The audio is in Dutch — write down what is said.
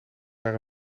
naar